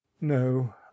No